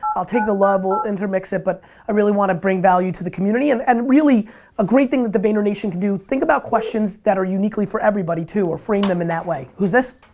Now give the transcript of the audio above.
i'll take the love, we'll intermix it but i really want to bring value to the community and and really a great thing that the vayner nation can do is think about questions that are uniquely for everybody too or frame them in that way. who's this?